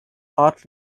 art